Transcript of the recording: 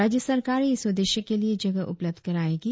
राज्य सरकारें इ स उद्देश्य के लिए ज ग ह उपलब्ध कराएंगी